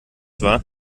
wahr